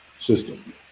system